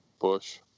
Bush